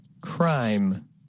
Crime